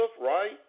right